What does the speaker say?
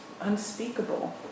unspeakable